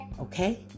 okay